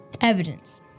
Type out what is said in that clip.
evidence